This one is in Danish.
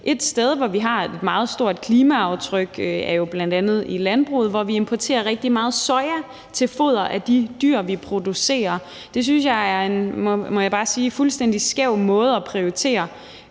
Et sted, hvor vi har et meget stort klimaaftryk, er jo bl.a. i landbruget, hvor vi eksporterer rigtig meget soja til fodring af de dyr, vi producerer. Det synes jeg er en, må jeg bare sige, fuldstændig skæv måde at prioritere